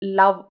love